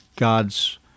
God's